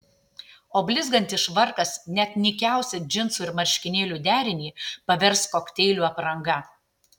o blizgantis švarkas net nykiausią džinsų ir marškinėlių derinį pavers kokteilių apranga